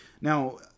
Now